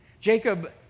Jacob